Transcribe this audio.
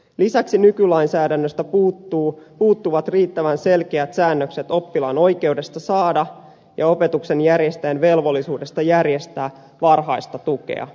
lisäksi nykylain säädännöstä puuttuvat riittävän selkeät säännökset oppilaan oikeudesta saada ja opetuksen järjestäjän velvollisuudesta järjestää varhaista tukea